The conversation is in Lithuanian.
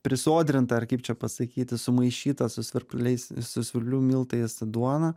prisodrintą ar kaip čia pasakyti sumaišytą su svirpliais su svirplių miltais duoną